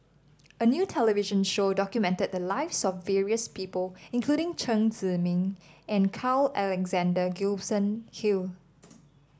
a new television show documented the lives of various people including Chen Zhiming and Carl Alexander Gibson Hill